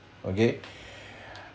okay